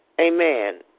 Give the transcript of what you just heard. amen